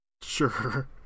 Sure